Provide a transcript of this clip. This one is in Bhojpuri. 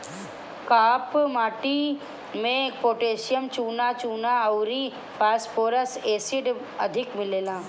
काप माटी में पोटैशियम, चुना, चुना अउरी फास्फोरस एसिड अधिक मिलेला